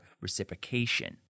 reciprocation